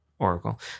oracle